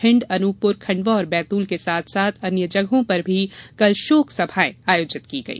भिंड अनूपपुर खंडवा और बैतूल के साथ साथ अन्य जगहों पर भी कल शोक सभाऐं आयोजित की गई